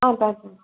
ah thanks ma'am